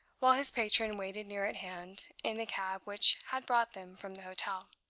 while his patron waited near at hand, in the cab which had brought them from the hotel.